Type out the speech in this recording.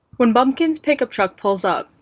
when bumpkin's pickup truck pulls up,